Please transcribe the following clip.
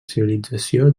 civilització